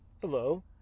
Hello